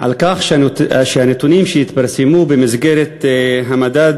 על כך שהנתונים שהתפרסמו במסגרת מדד